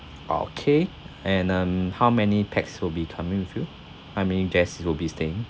okay and mm how many pax will be coming with you how many guest will be staying